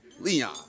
Leon